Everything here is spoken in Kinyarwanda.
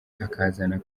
akazana